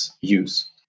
use